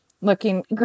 looking